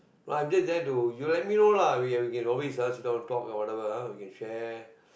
I just there to you let me know lah we can we can always just sit down talk whatever ah we can share